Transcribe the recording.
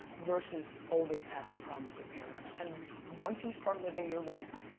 versus always having a problem with your parents. and once you start living your life,